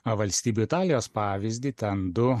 valstybių italijos pavyzdį ten du